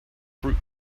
fruits